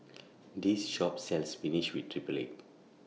This Shop sells Spinach with Triple Egg